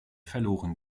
verloren